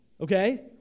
Okay